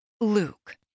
Luke